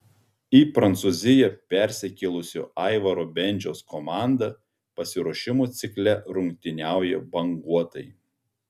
į prancūziją persikėlusio aivaro bendžiaus komanda pasiruošimo cikle rungtyniauja banguotai